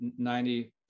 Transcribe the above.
90%